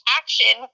action